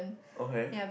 okay